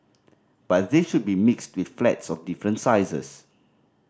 but they should be mixed with flats of different sizes